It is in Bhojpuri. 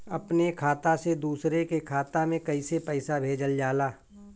अपने खाता से दूसरे के खाता में कईसे पैसा भेजल जाला?